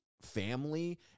family